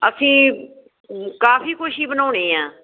ਅਸੀਂ ਕਾਫੀ ਕੁਛ ਹੀ ਬਣਾਉਂਦੇ ਹਾਂ